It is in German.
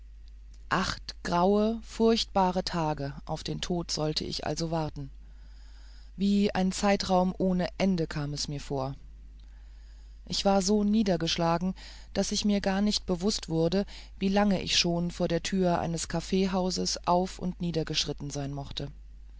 acht graue furchtbare tage auf den tod sollte ich also warten wie ein zeitraum ohne ende kam es mir vor ich war so niedergeschlagen daß ich mir gar nicht bewußt wurde wie lange ich schon vor der türe eines kaffeehauses auf und nieder geschritten sein mochte